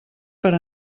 per